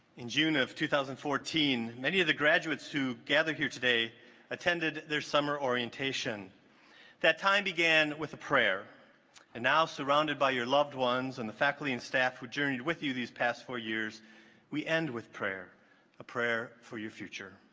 in june of two thousand and fourteen many of the graduates who gathered here today attended their summer orientation that time began with a prayer and now surrounded by your loved ones and the faculty and staff who journeyed with you these past four years we end with prayer a prayer for your future